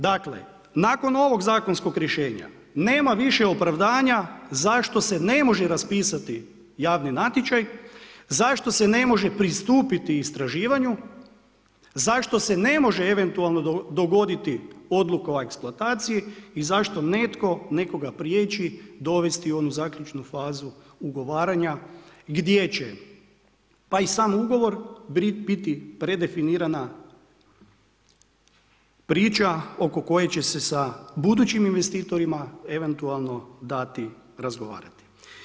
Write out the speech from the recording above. Dakle, nakon ovog zakonskog rješenja nema više opravdanja zašto se ne može raspisati javni natječaj, zašto se ne može pristupiti istraživanju, zašto se ne može eventualno dogoditi odluka o eksploataciji i zašto netko nekoga priječi dovesti u onu zaključnu fazu ugovaranja gdje će pa i sam ugovor biti predefinirana priča oko koje će se sa budućim investitorima eventualno dati razgovarati.